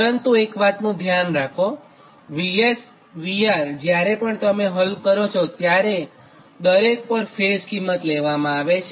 પરંતુ એક વાતનું ધ્યાન રાખો કે VS VR જ્યારે પણ તમે હલ કરો ત્યારે દરેક પર ફેઈઝ કિંમત લેવામાં આવે છે